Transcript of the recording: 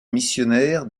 missionnaires